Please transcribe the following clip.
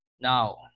Now